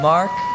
Mark